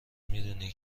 میدونی